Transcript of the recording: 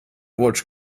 watch